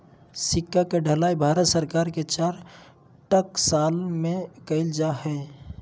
सिक्का के ढलाई भारत सरकार के चार टकसाल में कइल जा हइ